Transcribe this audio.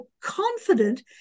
confident